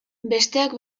besteak